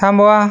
थांबवा